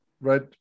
Right